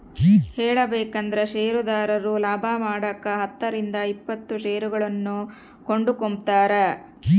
ಹೇಳಬೇಕಂದ್ರ ಷೇರುದಾರರು ಲಾಭಮಾಡಕ ಹತ್ತರಿಂದ ಇಪ್ಪತ್ತು ಷೇರನ್ನು ಕೊಂಡುಕೊಂಬ್ತಾರ